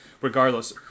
Regardless